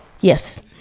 yes